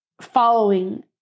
following